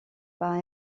pas